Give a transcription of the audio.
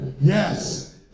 Yes